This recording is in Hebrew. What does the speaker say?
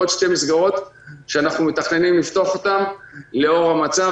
ועוד שתי מסגרות שאנחנו מתכננים לפתוח אותן לאור המצב.